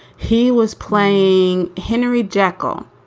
he was playing henry jacqul.